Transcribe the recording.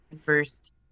first